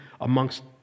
amongst